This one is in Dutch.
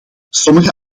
sommige